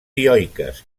dioiques